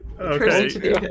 Okay